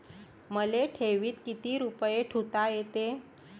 मले ठेवीत किती रुपये ठुता येते?